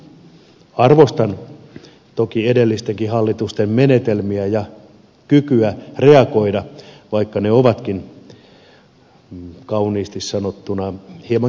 arvostan toki edellistenkin hallitusten menetelmiä ja kykyä reagoida vaikka ne ovatkin kauniisti sanottuna hieman kivikautisia